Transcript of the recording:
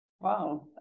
Wow